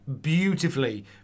Beautifully